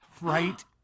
right